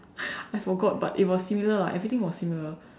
I forgot but it was similar lah everything was similar